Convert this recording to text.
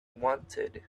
wanted